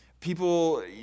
People